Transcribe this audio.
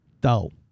dull